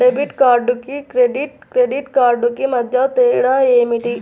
Debit కార్డుకు credit credit కార్డుకు మధ్య తేడా ఏమిటీ?